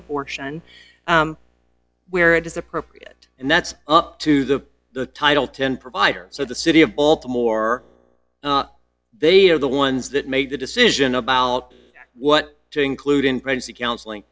abortion where it is appropriate and that's up to the the title ten provider so the city of baltimore they are the ones that made the decision about what to include in pregnancy counseling